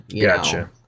Gotcha